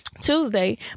Tuesday